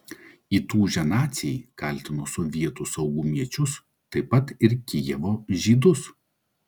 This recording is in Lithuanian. įtūžę naciai kaltino sovietų saugumiečius taip pat ir kijevo žydus